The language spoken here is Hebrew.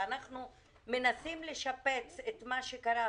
אנחנו מנסים לשפץ את מה שקרה,